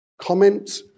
Comment